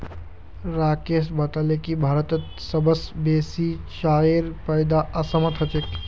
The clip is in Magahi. राकेश बताले की भारतत सबस बेसी चाईर पैदा असामत ह छेक